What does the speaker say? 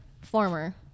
former